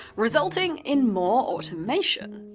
resulting in more automation.